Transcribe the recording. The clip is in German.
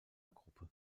gruppe